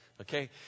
okay